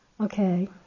Okay